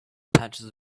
patches